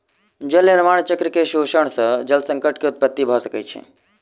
जल निर्माण चक्र के शोषण सॅ जल संकट के उत्पत्ति भ सकै छै